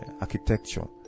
architecture